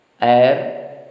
air